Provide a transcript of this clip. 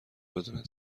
بدون